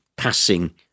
passing